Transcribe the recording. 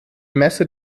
messe